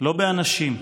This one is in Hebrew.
לא באנשים,